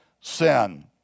sin